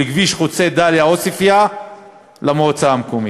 כביש חוצה דאליה עוספיא למועצה המקומית.